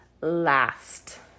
last